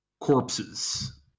corpses